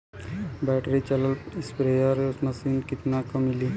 Battery चलत sprayer machine कितना क मिली?